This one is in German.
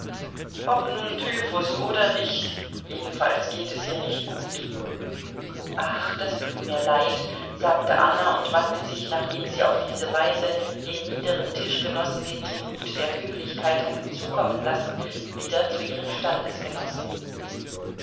ob nun typhus oder nicht jedenfalls geht es ihr nicht gut ach das tut mir leid sagte anna und wandte sich nachdem sie auf diese weise den niederen tischgenossen den tribut der höflichkeit hatte zukommen lassen wieder zu ihren